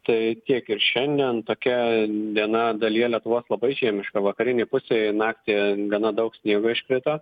tai tiek ir šiandien tokia diena dalyje lietuvos labai žiemiška vakarinėj pusėj naktį gana daug sniego iškrito